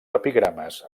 epigrames